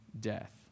death